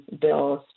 bills